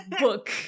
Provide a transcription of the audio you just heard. book